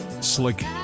slick